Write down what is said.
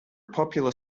popular